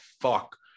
fuck